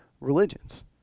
religions